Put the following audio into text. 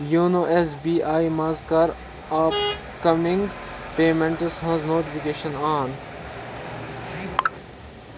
YONO S B I منٛٛز کَر upcoming payments ہٕنٛز نوٹفکیشن آن